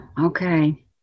Okay